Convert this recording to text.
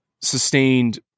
sustained